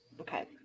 Okay